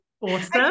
Awesome